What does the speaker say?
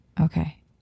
Okay